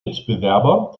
mitbewerber